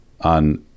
on